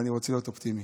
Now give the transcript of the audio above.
ואני רוצה להיות אופטימי.